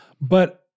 But-